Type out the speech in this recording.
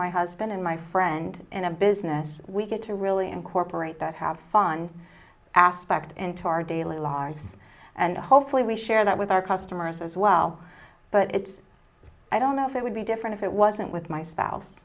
my husband and my friend in a business we get to really incorporate that have fun aspect into our daily lives and hopefully we share that with our customers as well but it's i don't know if it would be different if it wasn't with my spouse